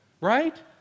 Right